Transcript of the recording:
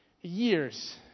years